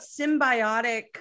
symbiotic